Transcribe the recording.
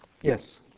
Yes